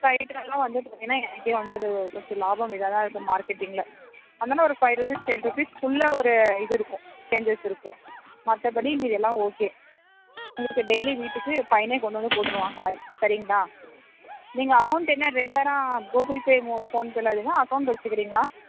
டைத்துலெலாம் வந்து ஏன்னால் எனக்கே வந்து அதில் கொஞ்சம் லாபம் இதாக தான் இருக்குது மார்க்கெட்டிங்கில் அந்த மாதிரி ஒரு ஃபைவ் ரூபீஸ் டென் ரூபீஸ் குள்ளே ஒரு இது இருக்கும் சேஞ்சஸ் இருக்கும் மற்றபடி மீதி எல்லாம் ஓகே உங்களுக்கு டெய்லி வீட்டுக்கு பையனே கொண்டு வந்து போட்டுருவான் காய் சரிங்களா நீங்கள் அமௌண்ட் என்ன ரெகுலராக கூகுள் பே மூ ஃபோன்பேயில் அனுப்புகிறீங்களா அக்கௌண்ட் வச்சுக்குறீங்களா